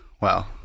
Wow